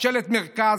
ממשלת מרכז,